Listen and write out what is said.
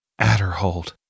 Adderhold